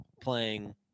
playing